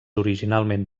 originalment